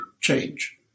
change